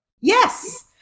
Yes